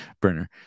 burner